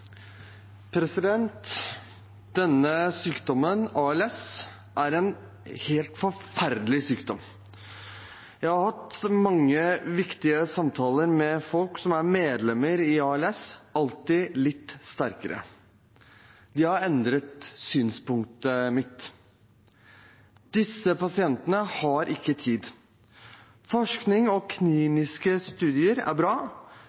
Denne sykdommen, ALS, er en helt forferdelig sykdom. Jeg har hatt mange viktige samtaler med folk som er medlemmer i Alltid Litt Sterkere. De har endret synspunktet mitt. Disse pasientene har ikke tid. Forskning og kliniske studier er bra,